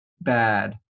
bad